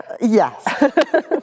Yes